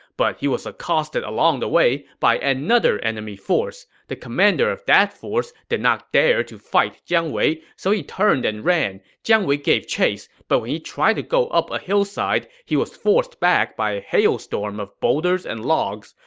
but he was accosted along the way by another enemy force. the commander of that force did not dare to fight jiang wei, so he turned and ran. jiang wei gave chase, but when he tried to go up a hillside, he was forced back by a hailstorm of boulders and logs.